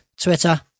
Twitter